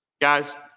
Guys